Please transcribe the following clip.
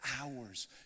hours